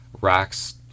racks